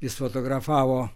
jis fotografavo